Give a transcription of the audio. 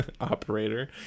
operator